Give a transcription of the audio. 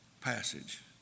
passage